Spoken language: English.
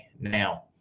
now